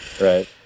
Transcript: right